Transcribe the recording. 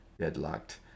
deadlocked